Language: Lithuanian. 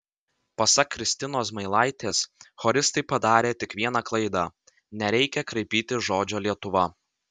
pasak kristinos zmailaitės choristai padarė tik vieną klaidą nereikia kraipyti žodžio lietuva